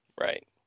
right